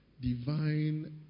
divine